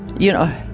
you know,